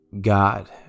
God